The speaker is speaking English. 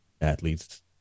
athletes